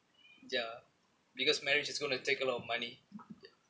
ya because marriage is going to take a lot of money